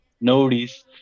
notice